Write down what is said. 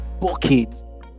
booking